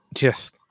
yes